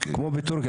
אני רק אומר בתחילה,